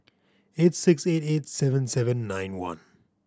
eight six eight eight seven seven nine one